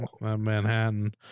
Manhattan